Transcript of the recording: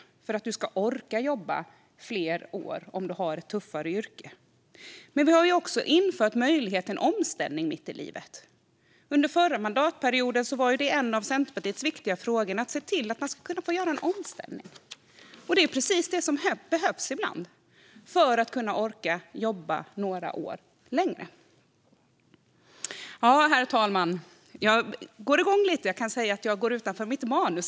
Det behövs för att du ska orka jobba fler år om du har ett tuffare yrke. Vi har också infört möjligheten till en omställning mitt i livet. Under förra mandatperioden var det en av Centerpartiets viktiga frågor. Det handlade om att se till att man ska kunna få göra en omställning. Det är precis det som behövs ibland för att kunna orka jobba några år längre. Herr talman! Jag går igång lite. Jag går utanför mitt manus.